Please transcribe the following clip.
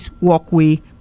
walkway